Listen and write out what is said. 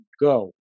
go